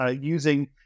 using